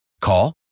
Call